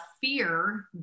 fear